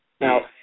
Now